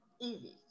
Easy